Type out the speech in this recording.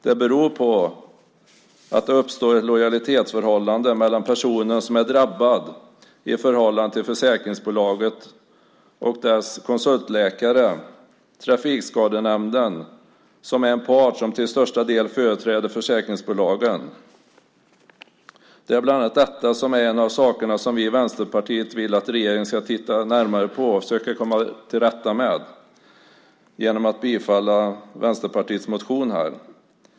Det beror på att det uppstår ett lojalitetsförhållande mellan försäkringsbolaget, dess konsultläkare och Trafikskadenämnden, som är en part som till största delen företräder försäkringsbolagen. Det drabbar den skadade personen. Detta är en av sakerna som vi i Vänsterpartiet vill att regeringen ska titta närmare på och försöka komma till rätta med genom att bifalla Vänsterpartiets motion.